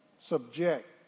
subject